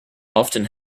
often